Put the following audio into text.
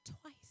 twice